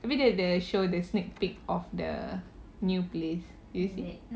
tapi dia ada show the sneak peek of the new place did you see